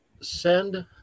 send